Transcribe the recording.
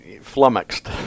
flummoxed